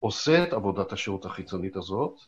‫עושה את עבודת השירות החיצונית הזאת.